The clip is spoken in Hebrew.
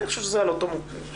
אני חושב שזה על אותו משקל,